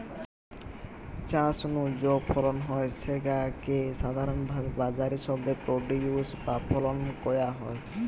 চাষ নু যৌ ফলন হয় স্যাগা কে সাধারণভাবি বাজারি শব্দে প্রোডিউস বা ফসল কয়া হয়